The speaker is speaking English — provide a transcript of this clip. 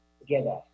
together